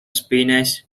spinach